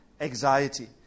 anxiety